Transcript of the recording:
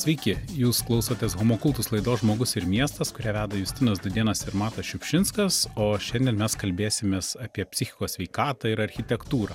sveiki jūs klausotės homo kultus laidos žmogus ir miestas kurią veda justinas dūdėnas ir matas šiupšinskas o šiandien mes kalbėsimės apie psichikos sveikatą ir architektūrą